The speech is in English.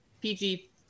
PG-